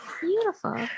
Beautiful